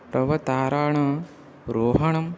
प्रवतारोहणम्